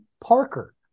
Parker